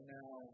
now